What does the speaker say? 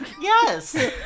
Yes